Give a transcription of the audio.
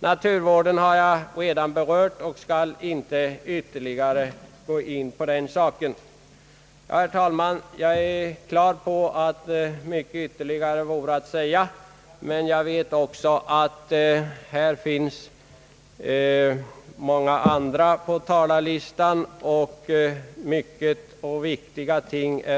Naturvården har jag redan berört, och jag skall inte ytterligare gå in på den saken. Herr talman! Mycket ytterligare vore att säga, men jag vet också att många andra finns på talarlistan och att mycket